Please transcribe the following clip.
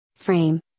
frame